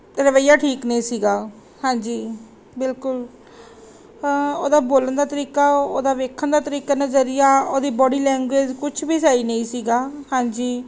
ਰਵੱਈਆ ਠੀਕ ਨਹੀਂ ਸੀਗਾ ਹਾਂਜੀ ਬਿਲਕੁਲ ਉਹਦਾ ਬੋਲਣ ਦਾ ਤਰੀਕਾ ਉਹਦਾ ਵੇਖਣ ਦਾ ਤਰੀਕਾ ਨਜ਼ਰੀਆ ਉਹਦੀ ਬੋਡੀ ਲੈਂਗੁਏਜ ਕੁਛ ਵੀ ਸਹੀ ਨਹੀਂ ਸੀਗਾ ਹਾਂਜੀ